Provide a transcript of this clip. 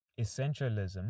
essentialism